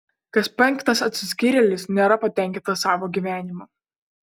kas penktas atsiskyrėlis nėra patenkintas savo gyvenimu